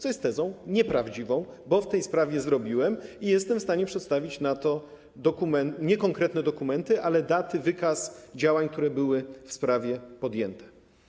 To jest teza nieprawdziwa, bo coś w tej sprawie zrobiłem i jestem w stanie przedstawić nie konkretne dokumenty, ale daty, wykaz działań, które były w sprawie podjęte.